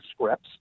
scripts